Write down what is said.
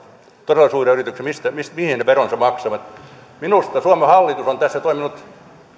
todella suuria yrityksiä nyt velvoittamassa kertomaan mihin he veronsa maksavat minusta suomen hallitus on tässä toiminut